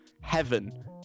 heaven